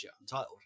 untitled